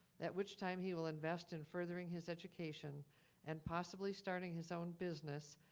at which time he will invest in furthering his education and possibly starting his own business,